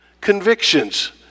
Convictions